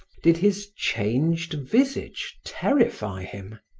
did his changed visage terrify him.